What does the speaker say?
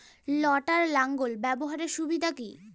লটার লাঙ্গল ব্যবহারের সুবিধা কি?